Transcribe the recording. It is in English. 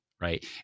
right